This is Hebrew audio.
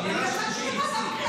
שנייה, שלישית, צאי.